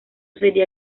sería